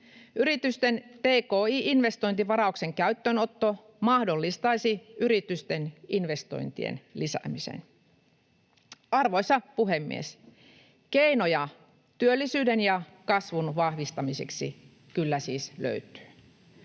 Yritysten tki-investointivarauksen käyttöönotto mahdollistaisi yritysten investointien lisäämisen. Arvoisa puhemies! Keinoja työllisyyden ja kasvun vahvistamiseksi kyllä siis löytyy.